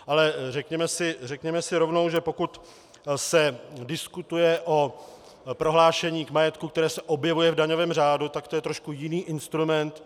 Ale řekněme si rovnou, že pokud se diskutuje o prohlášení k majetku, které se objevuje v daňovém řádu, tak to je trošku jiný instrument.